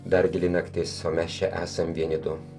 dar gili naktis o mes čia esam vieni du